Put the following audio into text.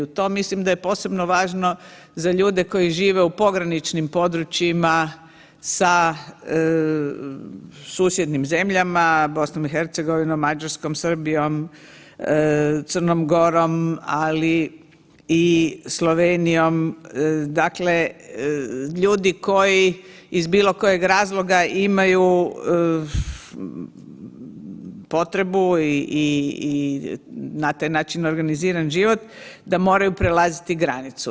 To mislim da je posebno važno za ljude koji žive u pograničnim područjima sa susjednim zemljama BiH, Mađarskom, Srbijom, Crnom Gorom, ali i Slovenijom, dakle ljudi koji iz bilo kojeg razloga imaju potrebu i na taj način organiziran život da moraju prelaziti granicu.